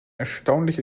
erstaunlich